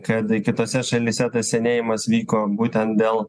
kad kitose šalyse tas senėjimas vyko būtent dėl